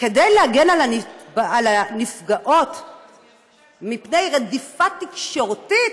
כדי להגן על הנפגעות מפני רדיפה תקשורתית,